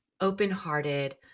open-hearted